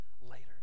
later